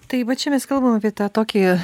tai va čia mes kalbam apie tą tokį